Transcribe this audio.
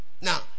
Now